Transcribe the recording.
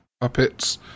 puppets